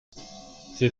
c’est